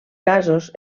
casos